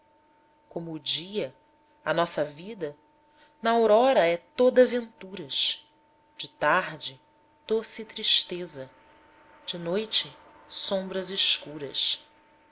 como o dia a nossa vida na aurora é toda venturas de tarde doce tristeza de noite sombras escuras